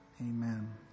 amen